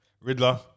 Riddler